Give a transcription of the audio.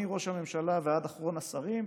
מראש הממשלה ועד אחרון השרים.